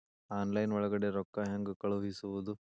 Online ಒಳಗಡೆ ರೊಕ್ಕ ಹೆಂಗ್ ಕಳುಹಿಸುವುದು?